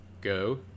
Go